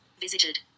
Visited